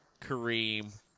Kareem